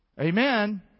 Amen